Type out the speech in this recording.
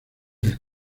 del